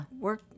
work